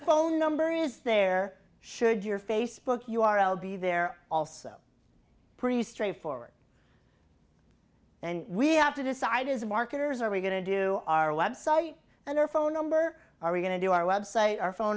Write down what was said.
phone number is there should your facebook u r l be they're also pretty straightforward and we have to decide is marketers are we going to do our website and our phone number are we going to do our website our phone